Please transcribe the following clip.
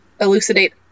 elucidate